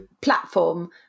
platform